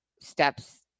steps